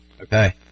okay